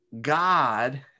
God